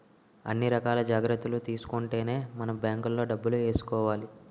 అన్ని రకాల జాగ్రత్తలు తీసుకుంటేనే మనం బాంకులో డబ్బులు ఏసుకోవాలి